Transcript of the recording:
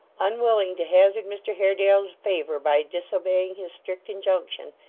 unwilling to hazard mr haredale's favour by disobeying his strict injunction,